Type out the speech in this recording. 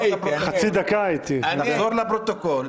תחזור לפרוטוקול.